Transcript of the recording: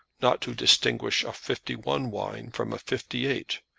not to distinguish a fifty one wine from a fifty eight,